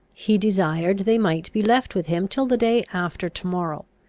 he desired they might be left with him till the day after to-morrow.